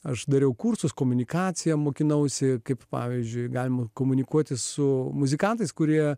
aš dariau kursus komunikaciją mokinausi kaip pavyzdžiui galime komunikuoti su muzikantais kurie